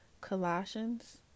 Colossians